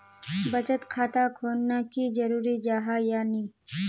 बचत खाता खोलना की जरूरी जाहा या नी?